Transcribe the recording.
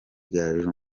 gaju